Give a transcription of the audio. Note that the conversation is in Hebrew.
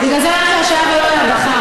בגלל זה השעיה ולא הדחה,